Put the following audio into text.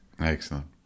excellent